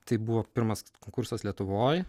tai buvo pirmas konkursas lietuvoj